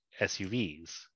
SUVs